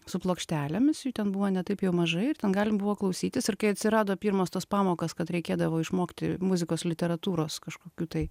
su plokštelėmis jų ten buvo ne taip jau mažai ir ten galima buvo klausytis ir kai atsirado pirmos tas pamokas kad reikėdavo išmokti muzikos literatūros kažkokių tai